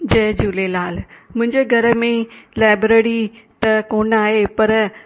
जय झूलेलाल मुंहिंजे घरु में लाइब्रेरी त कोन आहे पर